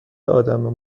ادم